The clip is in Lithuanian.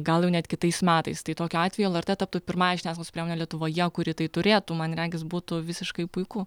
gal jau net kitais metais tai tokiu atveju el er tė taptų pirmąja žiniasklaidos priemone lietuvoje kuri turėtų man regis būtų visiškai puiku